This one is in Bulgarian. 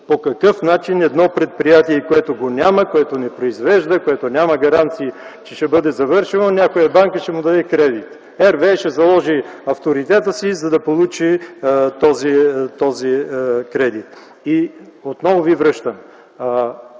по какъв начин едно предприятие, което го няма, което не произвежда, което няма гаранции, че ще бъде завършено, някоя банка ще му даде кредит? RWE ще заложи авторитета си, за да получи този кредит. И отново ви връщам,